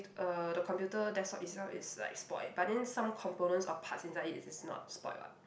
uh the computer desktop itself is like spoilt but then some components or parts inside is not spoilt [what]